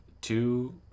two